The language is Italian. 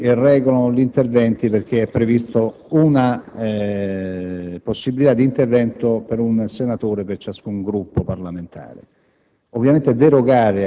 i Gruppi regolano gli interventi: è prevista la possibilità di intervento per un senatore per ciascuno Gruppo parlamentare.